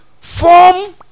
Form